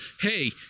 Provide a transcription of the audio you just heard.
hey